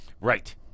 Right